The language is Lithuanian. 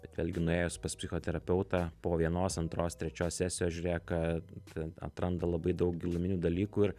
bet vėlgi nuėjus pas psichoterapeutą po vienos antros trečios sesijos žiūrėk kad atranda labai daug giluminių dalykų ir